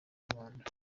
rwanda